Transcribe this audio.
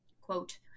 Quote